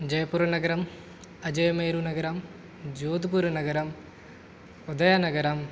जयपुरनगरम् अजयमेरुनगरम् जोधपुरनगरम् उदयनगरम्